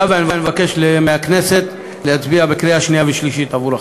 אני מבקש מהכנסת להצביע בקריאה שנייה ושלישית על החוק.